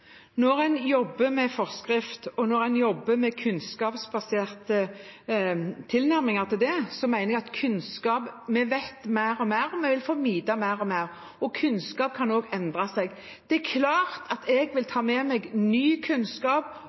Når en jobber med forskrift og når en jobber med kunnskapsbaserte tilnærminger til det, mener jeg at vi vet mer og mer, og vi vil få vite mer og mer, og kunnskap kan også endre seg. Det er klart at jeg vil ta med meg ny kunnskap,